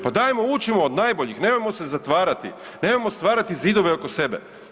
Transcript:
Pa dajmo, učimo od najboljih, nemojmo se zatvarati, nemojmo stvarati zidove oko sebe.